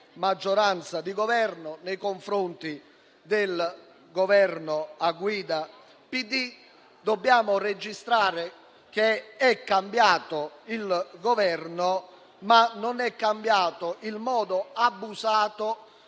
maggioranza di Governo, nei confronti del Governo a guida PD. Dobbiamo registrare che è cambiato il Governo, ma non è cambiato il modo abusato